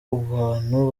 abantu